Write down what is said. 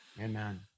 Amen